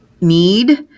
need